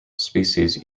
species